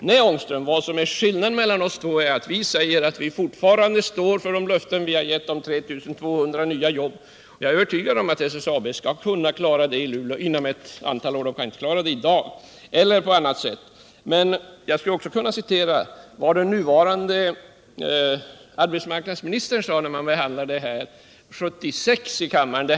Nej, herr Ångström, skillnaden mellan oss två är att vi fortfarande står för de löften vi givit om 2 300 jobb, och jag är övertygad om att SSAB skall kunna klara det i Luleå inom ett antal år. I dag kan man inte klara det. Jag skulle också kunna citera vad den nuvarande arbetsmarknadsministern sade när han talade i ärendet 1976 i kammaren.